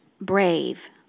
brave